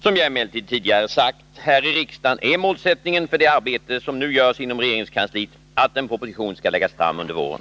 Som jag emellertid tidigare sagt här i riksdagen är målsättningen för det arbete som nu görs inom regeringskansliet att en proposition skall läggas fram under våren.